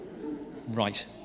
Right